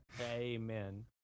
Amen